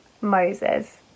Moses